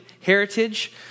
heritage